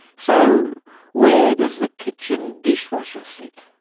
so where does the kitchen dishwasher sit?